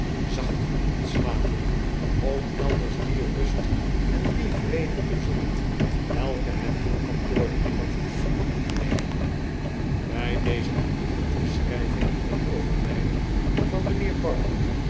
zacht ontslapen om elders die rust en dien vrede te zoeken welke het tolkantoor nimmer kan opleveren bij deze aandoenlijke beschrijving van het overlijden van mijnheer bardell